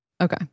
Okay